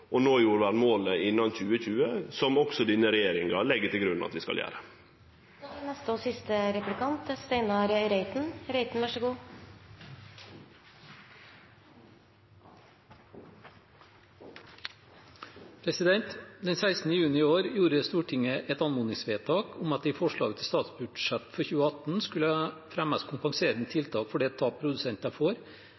å nå jordvernmålet innan 2020, som også denne regjeringa legg til grunn at vi skal gjere. Den 16. juni i år gjorde Stortinget et anmodningsvedtak om at det i forslag til statsbudsjett for 2018 skulle